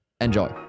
Enjoy